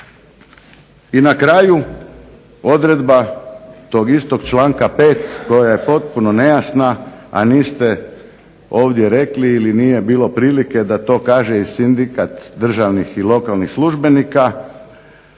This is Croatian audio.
I na kraju, odredba tog istog članka 5. koja je potpuno nejasna, a niste ovdje rekli ili nije bilo prilike da to kaže i Sindikat državnih i lokalnih službenika,